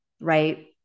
Right